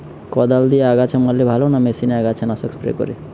কদাল দিয়ে আগাছা মারলে ভালো না মেশিনে আগাছা নাশক স্প্রে করে?